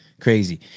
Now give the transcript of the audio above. crazy